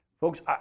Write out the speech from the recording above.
Folks